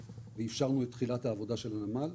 ואפשרנו את תחילת העבודה של הנמל.